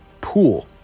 Pool